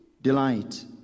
Delight